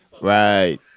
Right